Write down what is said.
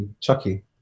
Chucky